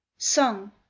Song